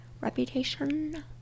reputation